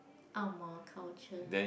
Angmoh culture